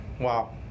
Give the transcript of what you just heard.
Wow